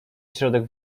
środek